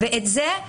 ואת זה,